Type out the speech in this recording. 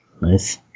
Nice